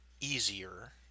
easier